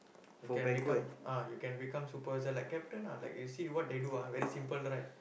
I can become ah you can become supervisor like captain ah like what they do ah very simple right